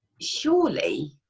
surely